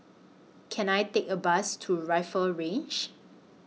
Can I Take A Bus to Rifle Range